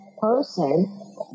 person